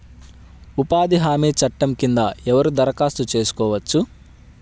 ఉపాధి హామీ చట్టం కింద ఎవరు దరఖాస్తు చేసుకోవచ్చు?